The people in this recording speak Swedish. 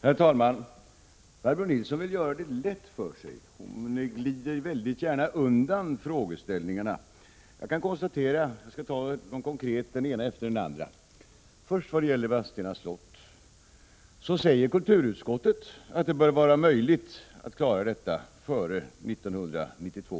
Herr talman! Barbro Nilsson vill göra det lätt för sig. Hon glider väldigt gärna undan frågeställningarna. Jag skall ta dem konkret, den ena efter den andra. Vad gäller Vadstena slott säger kulturutskottet att det bör vara möjligt att starta arbetena före 1992.